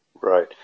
Right